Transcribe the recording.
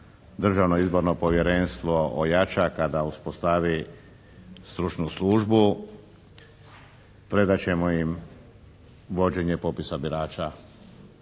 Državno izborno povjerenstvo ojača, kada uspostavi stručnu službu predat ćemo im vođenje popisa birača